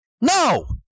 No